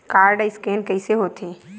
Code scan कइसे होथे?